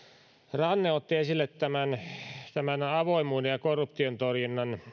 ranne otti esille avoimuuden ja korruption torjunnan